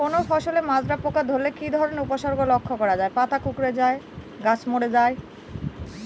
কোনো ফসলে মাজরা পোকা ধরলে কি ধরণের উপসর্গ লক্ষ্য করা যায়?